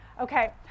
Okay